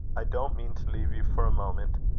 i didn't mean to leave you for a moment.